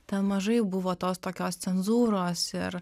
ten mažai buvo tos tokios cenzūros ir